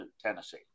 Tennessee